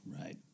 Right